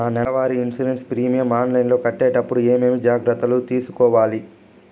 నా నెల వారి ఇన్సూరెన్సు ప్రీమియం ఆన్లైన్లో కట్టేటప్పుడు ఏమేమి జాగ్రత్త లు తీసుకోవాలి?